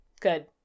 Good